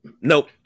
Nope